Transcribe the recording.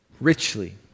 richly